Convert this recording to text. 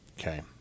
Okay